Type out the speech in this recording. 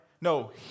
No